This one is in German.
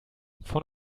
von